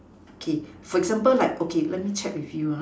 okay for example like okay let me check with you ah